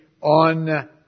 on